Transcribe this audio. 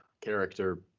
character